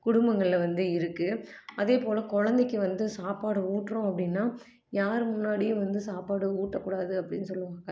குடும்பங்களில் வந்து இருக்கு அதேபோல் குழந்தைக்கு வந்து சாப்பாடு ஊட்டுறோம் அப்படின்னா யார் முன்னாடியும் வந்து சாப்பாடு ஊட்டக்கூடாது அப்படின்னு சொல்லுவாங்க